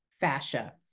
fascia